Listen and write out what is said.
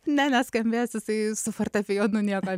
ne neskambės jisai su fortepijonu nieko